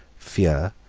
fear,